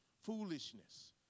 foolishness